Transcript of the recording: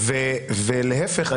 ולהפך,